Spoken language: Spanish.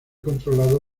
controlado